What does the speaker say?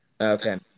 Okay